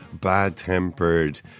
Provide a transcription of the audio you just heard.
bad-tempered